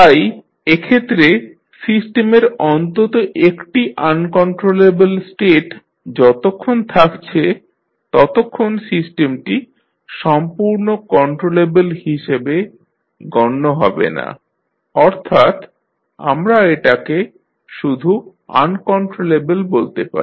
তাই সেক্ষেত্রে সিস্টেমের অন্তত একটি আনকন্ট্রোলেবল স্টেট যতক্ষণ থাকছে ততক্ষণ সিস্টেমটি সম্পূর্ণ কন্ট্রোলেবল হিসাবে গণ্য হবেনা অর্থাৎ আমরা এটাকে শুধু আনকন্ট্রোলেবল বলতে পারি